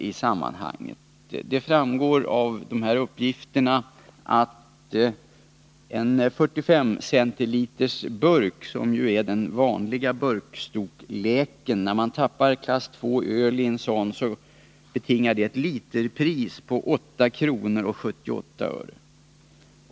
Det framgår att när man tappar öl av klass II i en burk på 45 cl, som är den vanliga burkstorleken, så betingar ölet ett literpris på 8:78 kr.